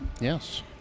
yes